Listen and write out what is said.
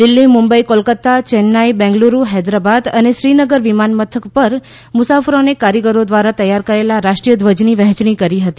દિલ્હી મુંબઇ કોલકત્તા ચેન્નાઇ બેંગલુરૂ હૈદરાબાદ અને શ્રીનગર વિમાનમથક પર મુસાફરોને કારીગરો ક્રારા તૈયાર કરાયેલા રાષ્ટ્રીય ધ્વજની વહેંચણી કરી હતી